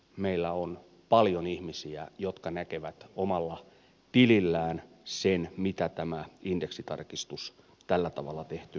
meillä on paljon ihmisiä jotka näkevät omalla tilillään sen mitä tämä indeksitarkistus tällä tavalla tehtynä tarkoittaa